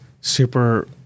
super